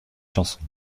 chansons